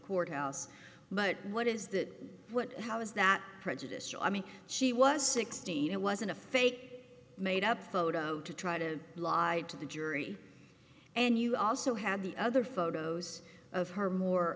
courthouse but what is that what how is that prejudicial i mean she was sixteen it wasn't a fake made up photo to try to lie to the jury and you also had the other photos of her